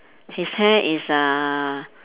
his hair is uh